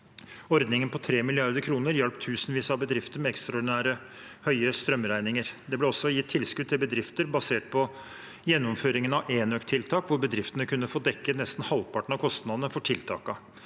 Ordningen på 3 mrd. kr hjalp tusenvis av bedrifter med ekstraordinært høye strømregninger. Det ble også gitt tilskudd til bedrifter basert på gjennomføringen av enøktiltak hvor bedriftene kunne få dekket nesten halvparten av kostnadene for tiltakene.